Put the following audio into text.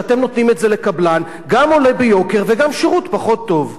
כשאתם נותנים את זה לקבלן זה גם עולה ביוקר וגם השירות פחות טוב.